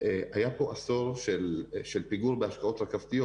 היה פה עשור של פיגור בהשקעות רכבתיות.